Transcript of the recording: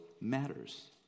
matters